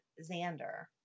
Xander